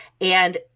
And-